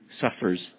suffers